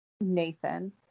Nathan